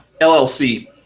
LLC